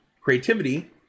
Creativity